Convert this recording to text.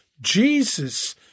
Jesus